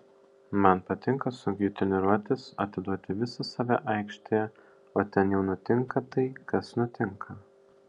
man patinka sunkiai treniruotis atiduoti visą save aikštėje o ten jau nutinka tai kas nutinka